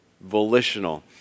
volitional